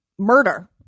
murder